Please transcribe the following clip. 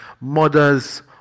mothers